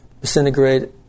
disintegrate